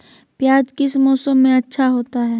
प्याज किस मौसम में अच्छा होता है?